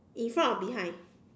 in front or behind